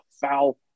foul